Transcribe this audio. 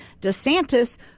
DeSantis